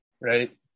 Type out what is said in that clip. right